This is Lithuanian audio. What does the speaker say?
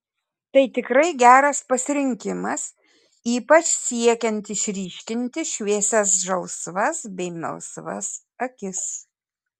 tai tikrai geras pasirinkimas ypač siekiant išryškinti šviesias žalsvas bei melsvas akis